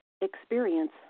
experience